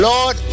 Lord